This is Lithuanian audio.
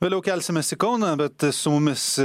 vėliau kelsimės į kauną bet su mumis